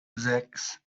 sechs